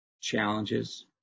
challenges